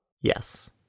Yes